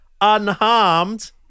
unharmed